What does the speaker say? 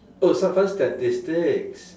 oh some fun statistics